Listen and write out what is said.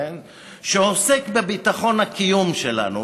שעוסק בביטחון הקיום שלנו,